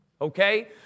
Okay